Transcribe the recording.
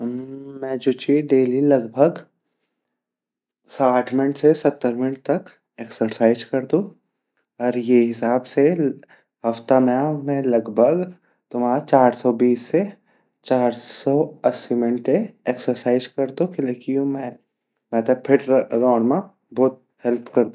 मैं जु ची डेली लग भग साठ मिनट से सत्तर मिनट तक एक्सरसाइज करदु अर ये हिसाब से हफ्ता मा मैं लगभग तुमा चार सौ बीस से चार सौ अस्सी मिनटे एक्सरसाइज करदु किलेकी यू मेते फिट रोंड़ मा भोत मदद करदु।